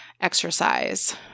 exercise